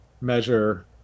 measure